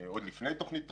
עוד לפני תוכנית טראמפ,